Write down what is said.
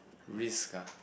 risk ah